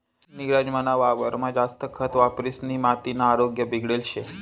नीरज मना वावरमा जास्त खत वापरिसनी मातीना आरोग्य बिगडेल शे